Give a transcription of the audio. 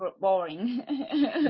boring